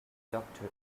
doctor